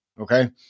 Okay